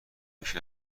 بیش